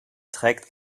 trägt